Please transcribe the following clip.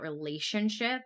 relationship